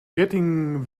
getting